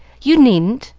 you needn't.